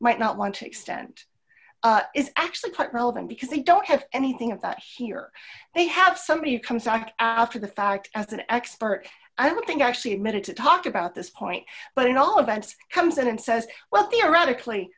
might not want to extent is actually quite relevant because they don't have anything of that here they have somebody who comes back after the fact as an expert i don't think actually admitted to talk about this point but in all events comes in and says well theoretically